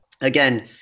again